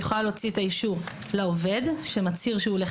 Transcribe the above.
היא יכולה להוציא את האישור לעובד שמצהיר שהוא הולך